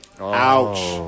Ouch